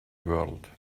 world